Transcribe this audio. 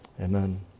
Amen